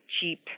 cheap